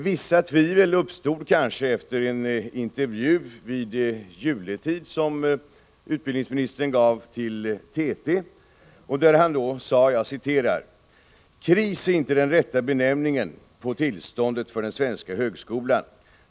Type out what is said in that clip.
Vissa tvivel uppstod efter en intervju som utbildningsministern gav vid juletid till TT där han sade: ”Kris är inte den rätta benämningen på tillståndet för den svenska högskolan.